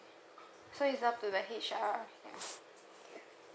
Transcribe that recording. so it's up to the H_R alright okay